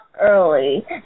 early